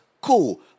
cool